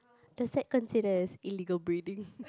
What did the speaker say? does that consider as illegal breathing